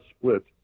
split